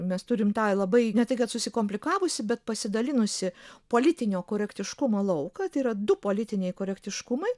mes turim tą labai ne tik kad susikomplikavusį bet pasidalinusį politinio korektiškumo lauko tai yra du politiniai korektiškumai